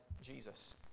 Jesus